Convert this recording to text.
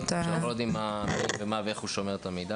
אצל מעסיק פרטי אנחנו לא יודעים באיזה אופן הוא שומר את המידע.